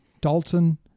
Dalton